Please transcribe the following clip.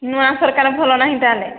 ନୂଆ ସରକାର ଭଲ ନାହିଁ ତାହାଲେ